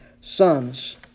sons